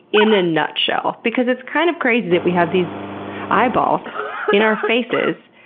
in a nutshell? because it's kind of crazy that we have these eyeballs in our faces.